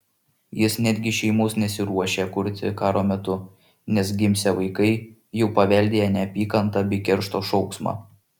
jis netgi šeimos nesiruošia kurti karo metu nes gimsią vaikai jau paveldėję neapykantą bei keršto šauksmą